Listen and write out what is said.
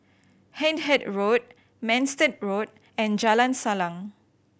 Hindhede Road Manston Road and Jalan Salang